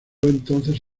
entonces